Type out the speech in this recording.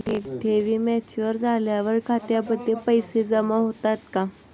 ठेवी मॅच्युअर झाल्यावर खात्यामध्ये पैसे जमा होतात का?